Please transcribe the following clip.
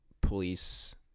police